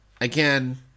Again